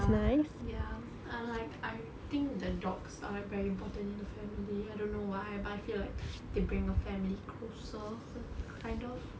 ya ya I like I think the dogs are very important in the family I don't know why but I feel like they bring a family closer kind of